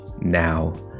now